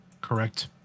Correct